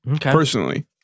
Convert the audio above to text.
personally